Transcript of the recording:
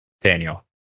Daniel